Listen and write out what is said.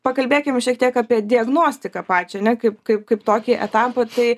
pakalbėkim šiek tiek apie diagnostiką pačią ne kaip kaip kaip tokį etapą tai